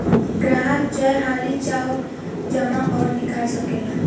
ग्राहक जय हाली चाहो जमा अउर निकाल सकेला